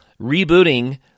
rebooting